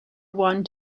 one